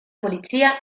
polizia